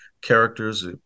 characters